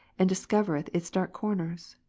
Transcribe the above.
and discovereth its dark corners?